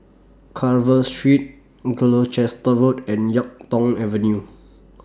Carver Street Gloucester Road and Yuk Tong Avenue